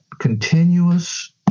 continuous